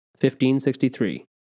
1563